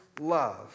love